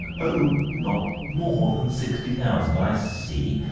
oh, not more than sixty thousand? i see.